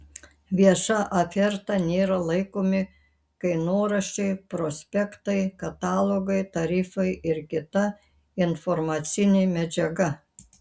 vieša oferta nėra laikomi kainoraščiai prospektai katalogai tarifai ir kita informacinė medžiaga